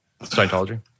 Scientology